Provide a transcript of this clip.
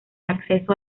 acceso